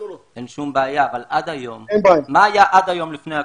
מה היה עד לפני הקורונה?